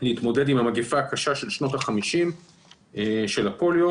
להתמודד עם המגפה הקשה של שנות ה-50 של הפוליו.